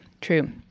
True